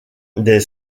des